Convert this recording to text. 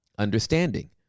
Understanding